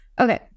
Okay